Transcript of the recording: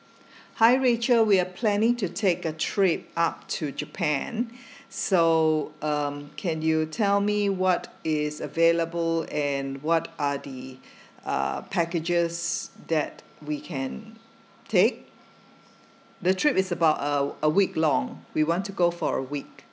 hi rachel we are planning to take a trip up to japan so um can you tell me what is available and what are the uh packages that we can take the trip is about a a week long we want to go for a week